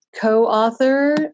co-author